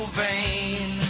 vain